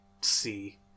see